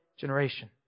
generation